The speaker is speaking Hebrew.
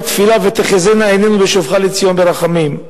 מהתפילה "ותחזינה עינינו בשובך לציון ברחמים".